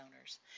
owners